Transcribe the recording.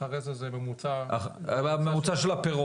אחרי זה זה ממוצע --- ממוצע של הפירות.